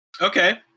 Okay